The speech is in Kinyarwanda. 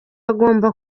agomba